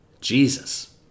Jesus